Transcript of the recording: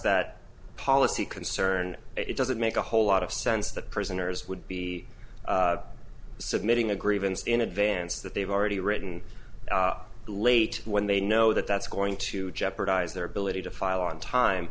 that policy concern it doesn't make a whole lot of sense that prisoners would be submitting a grievance in advance that they've already written late when they know that that's going to jeopardize their ability to file on time